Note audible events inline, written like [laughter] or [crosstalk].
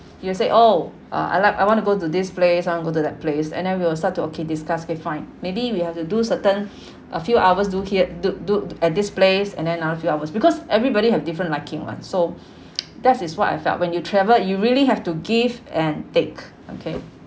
you said oh uh I like I want to go to this place I want to go to that place and then we will start to okay discuss okay fine maybe we have to do certain [breath] uh few hours do here do do at this place and then another few hours because everybody have different liking one so [noise] that is what I felt when you travel you really have to give and take okay